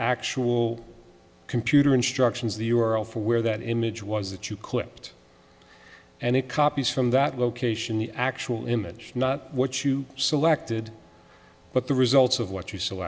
actual computer instructions the u r l for where that image was that you clipped and it copies from that location the actual image not what you selected but the results of what you s